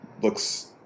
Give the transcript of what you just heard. looks